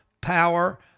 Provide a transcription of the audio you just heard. power